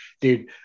dude